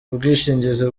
ubwishingizi